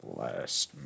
last